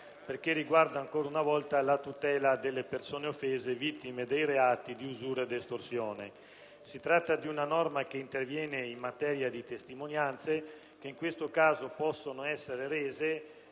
perché riguarda ancora una volta la tutela delle persone offese vittime dei reati di usura e di estorsione. Si tratta di una norma che interviene in materia di testimonianze, che in questo caso possono essere rese